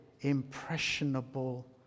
impressionable